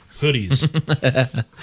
hoodies